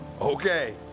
Okay